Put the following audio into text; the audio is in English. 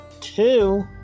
Two